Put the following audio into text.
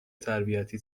تربیتی